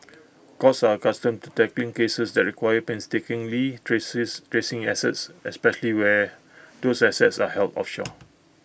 courts are accustomed to tackling cases that require painstakingly traces tracing assets especially where those assets are held offshore